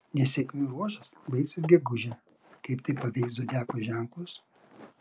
nesėkmių ruožas baigsis gegužę kaip tai paveiks zodiako ženklus